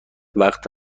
وقت